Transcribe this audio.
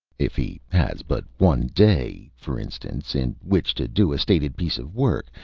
if he has but one day, for instance, in which to do a stated piece of work,